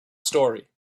story